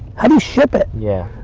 how do you ship it? yeah.